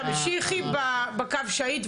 תמשיכי בקו שהיית,